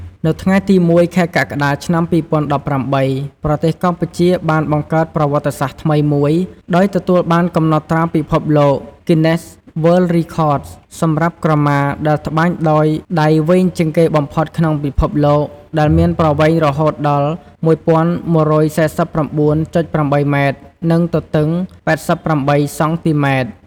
នៅថ្ងៃទី១ ខែកក្កដា ឆ្នាំ២០១៨ ប្រទេសកម្ពុជាបានបង្កើតប្រវត្តិសាស្ត្រថ្មីមួយ ដោយទទួលបានកំណត់ត្រាពិភពលោក Guinness World Records សម្រាប់ក្រមាដែលត្បាញដោយដៃវែងជាងគេបំផុតក្នុងពិភពលោក ដែលមានប្រវែងរហូតដល់ ១១៤៩.៨ ម៉ែត្រ និងទទឹង ៨៨ សង់ទីម៉ែត្រ។